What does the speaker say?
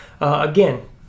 Again